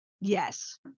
Yes